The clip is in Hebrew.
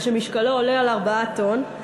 ומשקלו עולה על 4 טונות,